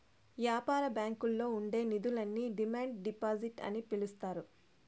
యాపార బ్యాంకుల్లో ఉండే నిధులను డిమాండ్ డిపాజిట్ అని పిలుత్తారు